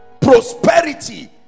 prosperity